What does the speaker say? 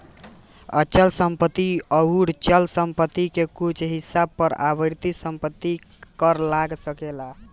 अचल संपत्ति अउर चल संपत्ति के कुछ हिस्सा पर आवर्ती संपत्ति कर लाग सकेला